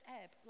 ebb